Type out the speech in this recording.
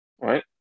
Right